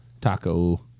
taco